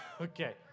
Okay